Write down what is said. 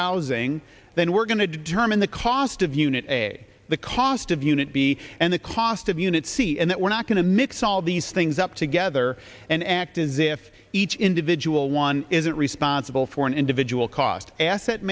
housing then we're going to determine the cost of unit a the cost of unit b and the cost of unit c and we're not going to mix all these things up together and act as if each individual one isn't responsible for an individual cost asset